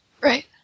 Right